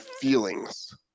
feelings